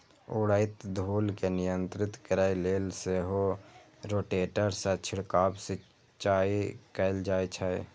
उड़ैत धूल कें नियंत्रित करै लेल सेहो रोटेटर सं छिड़काव सिंचाइ कैल जाइ छै